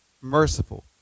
merciful